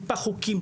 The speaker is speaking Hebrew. טיפה חוקים,